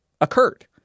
occurred